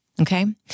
okay